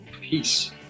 Peace